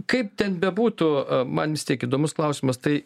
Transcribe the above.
kaip ten bebūtų man vis tiek įdomus klausimas tai